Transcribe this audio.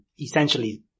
essentially